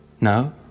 No